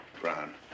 Brown